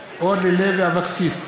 בעד אורלי לוי אבקסיס,